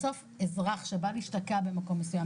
בסוף אזרח שבא להשתקע במקום מסוים,